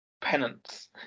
Penance